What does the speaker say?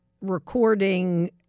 recording